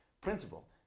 principle